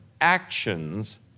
actions